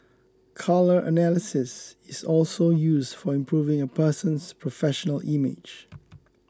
colour analysis is also use for improving a person's professional image